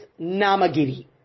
Namagiri